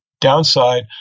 downside